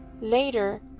Later